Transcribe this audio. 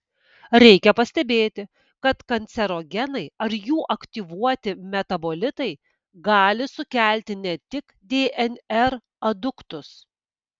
reikia pastebėti kad kancerogenai ar jų aktyvuoti metabolitai gali sukelti ne tik dnr aduktus